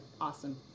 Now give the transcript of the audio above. Awesome